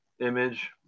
image